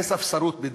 זה ספסרות בדם,